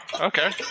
okay